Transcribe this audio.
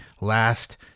last